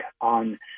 on